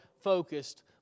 focused